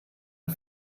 der